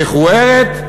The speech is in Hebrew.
המכוערת,